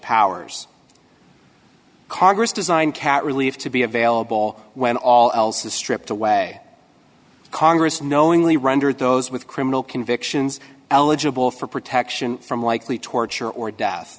powers congress designed cat relief to be available when all else is stripped away congress knowingly rendered those with criminal convictions eligible for protection from likely torture or death